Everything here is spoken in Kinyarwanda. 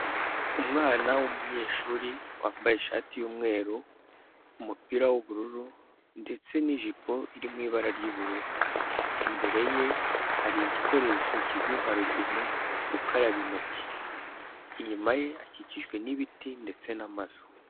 Umwana w'umunyeshuri wambaye ishati y'umweru, umupira w'ubururu ndetse n'ijipo iri mu ibara ry'ubururu. Imbere ye hari igikoresho kizwi nka robine, ari gukaraba intoki. Inyuma ye akikijwe n'ibiti ndetse n'amazu.